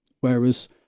Whereas